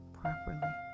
properly